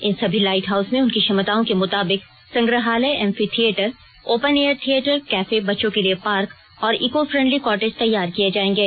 इन सभी light house में उनकी क्षमताओं के मुताबिक संग्रहालय एम्फीथियेटर ओपनएयर थियेटर कैफे बच्चों के लिए पार्क और इको फ्रेंडली कॉटेज तैयार किये जायेंगे